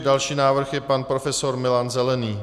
Další návrh je pan profesor Milan Zelený.